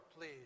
please